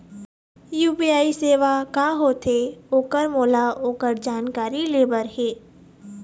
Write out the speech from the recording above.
UPI सेवा का होथे ओकर मोला ओकर जानकारी ले बर हे?